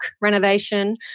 renovation